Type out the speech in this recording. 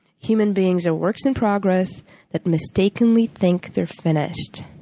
human beings are works in progress that mistakenly think they're finished.